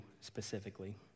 specifically